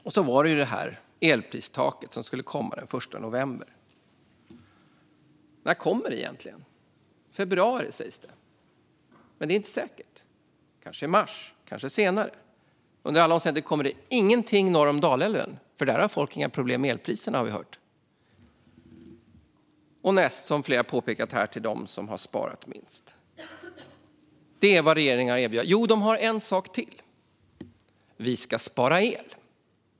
Och sedan var det elpristaket som skulle komma den 1 november. När kommer det egentligen? I februari, sägs det. Men det är inte säkert. Kanske kommer det i mars, kanske senare. Under alla omständigheter kommer det ingenting till dem som bor norr om Dalälven. Där har folk nämligen inga problem med elpriserna, har vi hört. Och det kommer, som flera har påpekat här, mest till dem som har sparat minst. Det är vad regeringen har erbjudit. Jo, de har en sak till. Vi ska spara el.